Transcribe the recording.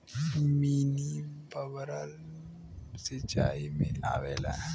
mini bubbler सिचाई में आवेला